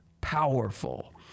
powerful